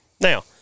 Now